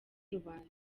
rubanda